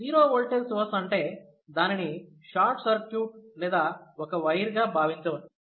0V voltage source అంటే దానిని short circuit లేదా ఒక వైర్ గా భావించవచ్చు